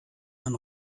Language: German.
man